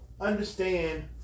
understand